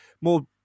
more